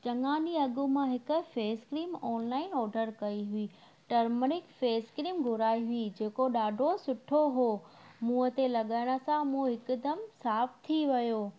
चङा ॾींहं अॻु मां हिकु फेसक्रीम ऑनलाइन ऑडर कई हुई टर्मरिक फेसक्रीम घुराई हुई जेको ॾाढो सुठो हो मुंहं ते लॻाइण सां मुंहुं हिकदमि साफ़ु थी वियो